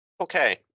Okay